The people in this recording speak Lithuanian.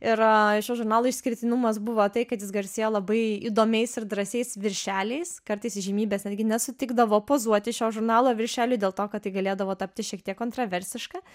ir šio žurnalo išskirtinumas buvo tai kad jis garsėjo labai įdomiais ir drąsiais viršeliais kartais įžymybės netgi nesutikdavo pozuoti šio žurnalo viršeliui dėl to kad tai galėdavo tapti šiek tiek kontroversiška